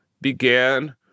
began